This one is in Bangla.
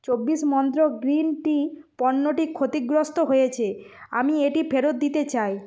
চব্বিশ মন্ত্র গ্রীন টি পণ্যটি ক্ষতিগ্রস্ত হয়েছে আমি এটি ফেরত দিতে চাই